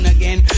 again